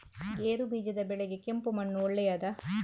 ಗೇರುಬೀಜದ ಬೆಳೆಗೆ ಕೆಂಪು ಮಣ್ಣು ಒಳ್ಳೆಯದಾ?